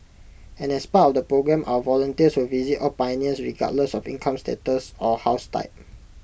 and as part of the programme our volunteers will visit all pioneers regardless of income status or house type